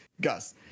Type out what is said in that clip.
gus